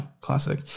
classic